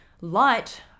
Light